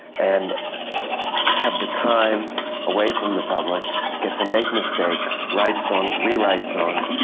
and have the time away from the public, get to make mistakes. write songs, rewrite songs,